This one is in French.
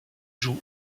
joue